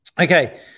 Okay